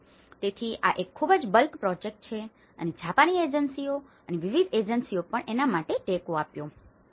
તેથી આ એક ખૂબ જ બલ્ક પ્રોજેક્ટ છે અને જાપાની એજન્સીઓ અને વિવિધ એજન્સીઓએ પણ અમને તેના માટે ટેકો આપ્યો છે